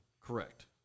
Correct